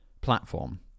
platform